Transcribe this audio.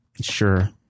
Sure